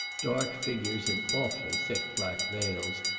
dark figures in awfully thick black veils,